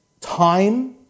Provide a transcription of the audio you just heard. time